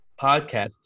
podcast